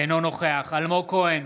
אינו נוכח אלמוג כהן,